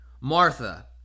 Martha